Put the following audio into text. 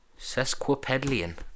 sesquipedalian